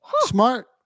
Smart